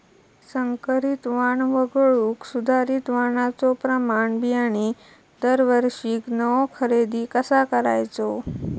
संकरित वाण वगळुक सुधारित वाणाचो प्रमाण बियाणे दरवर्षीक नवो खरेदी कसा करायचो?